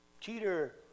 Cheater